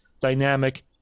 dynamic